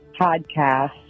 podcast